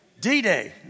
D-Day